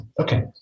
okay